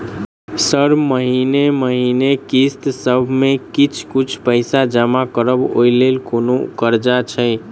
Sir महीने महीने किस्तसभ मे किछ कुछ पैसा जमा करब ओई लेल कोनो कर्जा छैय?